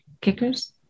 kickers